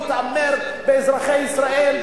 להתעמר באזרחי ישראל,